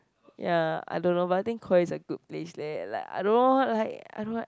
ya I don't know but I think Korea is a good place leh like I don't know like I don't know